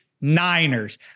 Niners